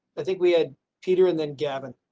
i think we had peter and then gavin.